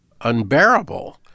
unbearable